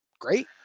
Great